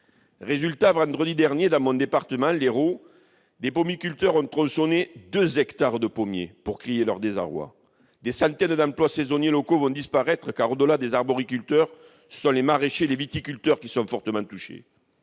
Résultat : vendredi dernier, dans mon département, l'Hérault, des pomiculteurs ont tronçonné deux hectares de pommiers pour crier leur désarroi. Des centaines d'emplois saisonniers locaux vont disparaître. En effet, outre les arboriculteurs, les maraîchers et les viticulteurs sont également fortement touchés.